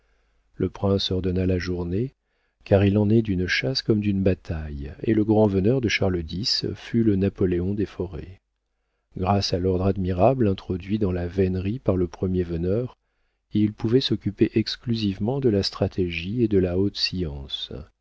le prince ordonna la journée car il en est d'une chasse comme d'une bataille et le grand-veneur de charles x fut le napoléon des forêts grâce à l'ordre admirable introduit dans la vénerie par le premier veneur il pouvait s'occuper exclusivement de la stratégie et de la haute science